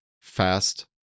fast